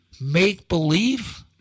make-believe